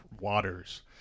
waters